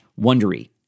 Wondery